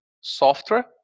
software